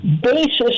basis